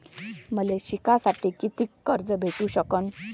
मले शिकासाठी कितीक कर्ज भेटू सकन?